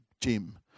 Jim